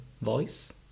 voice